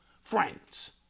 friends